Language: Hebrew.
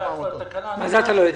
לאנשים לתרום מה שהיה